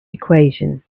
equation